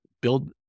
build